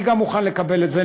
אני גם מוכן לקבל את זה,